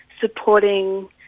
supporting